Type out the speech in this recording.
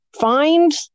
find